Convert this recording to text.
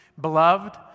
Beloved